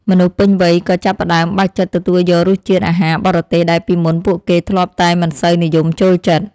មនុស្សពេញវ័យក៏ចាប់ផ្តើមបើកចិត្តទទួលយករសជាតិអាហារបរទេសដែលពីមុនពួកគេធ្លាប់តែមិនសូវនិយមចូលចិត្ត។